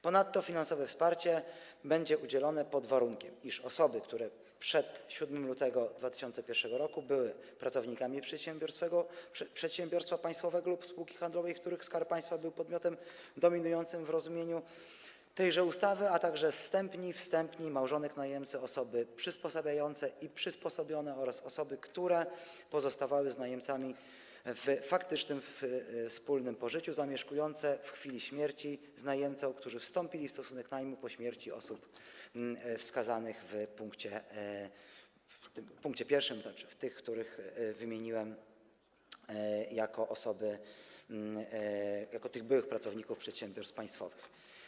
Ponadto finansowe wsparcie będzie udzielone pod warunkiem, iż osoby, które przed 7 lutego 2001 r. były pracownikami przedsiębiorstwa państwowego lub spółki handlowej, w których Skarb Państwa był podmiotem dominującym w rozumieniu tejże ustawy, a także wstępni, zstępni, małżonek najemcy, osoby przysposabiające i przysposobione oraz osoby, które pozostawały z najemcami w faktycznym wspólnym pożyciu, zamieszkujące w chwili śmierci z najemcą, które wstąpiły w stosunek najmu po śmierci osób wskazanych w pkt 1, które wymieniłem jako osoby, jako tych byłych pracowników przedsiębiorstw państwowych.